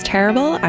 Terrible